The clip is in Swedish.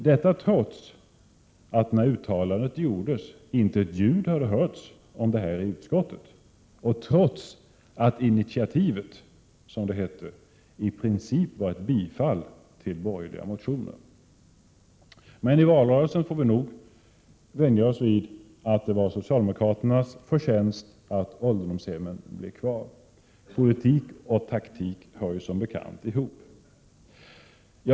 Detta skedde trots att inte ett ljud hörts om detta i utskottet när uttalandet gjordes och trots att ”initiativet” i princip var ett bifall till borgerliga motioner. I valrörelsen får vi nog vänja oss vid att det är socialdemokraternas förtjänst att ålderdomshemmen blir kvar. Politik och taktik hör ju som bekant ihop.